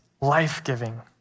life-giving